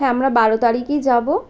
হ্যাঁ আমরা বারো তারিখই যাবো